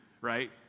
right